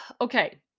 okay